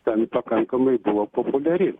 ten pakankamai buvo populiari